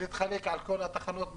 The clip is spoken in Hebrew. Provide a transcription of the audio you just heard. שיתחלק על כל התחנות במדינה,